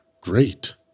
great